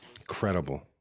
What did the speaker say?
Incredible